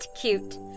cute